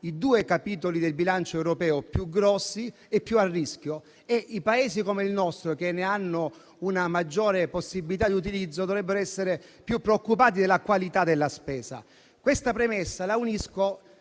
due capitoli del bilancio europeo più grossi e più a rischio. I Paesi come il nostro, che hanno una maggiore possibilità di utilizzo, dovrebbero essere più preoccupati della qualità della spesa. Concludo la premessa respingendo